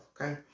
okay